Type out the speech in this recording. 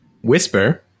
whisper